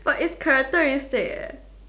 what it's characteristic eh